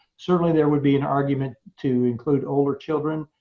certainly there would be an argument to include older children.